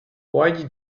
why